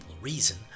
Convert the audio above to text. reason